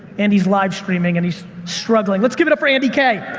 andy's live streaming and he's struggling. let's give it up for andy k.